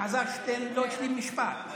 אלעזר שטרן לא השלים משפט.